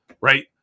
right